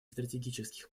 стратегических